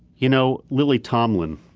you know, lily tomlin,